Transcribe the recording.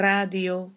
Radio